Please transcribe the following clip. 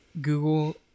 Google